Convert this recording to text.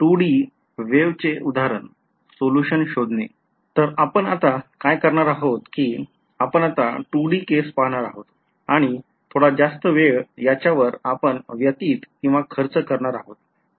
तर आपण आता काय करणार आहोत कि आपण आता 2D केस पाहणार आहोत आणि थोडा जास्त वेळ याच्या वर आपण व्यतीतखर्च करणार आहोत